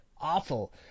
awful